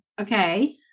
Okay